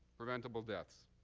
preventable deaths,